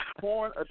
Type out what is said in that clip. porn